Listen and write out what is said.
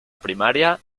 primaria